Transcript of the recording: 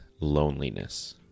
loneliness